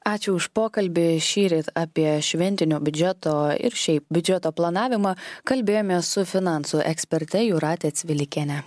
ačiū už pokalbį šįryt apie šventinio biudžeto ir šiaip biudžeto planavimą kalbėjomės su finansų eksperte jūrate cvilikiene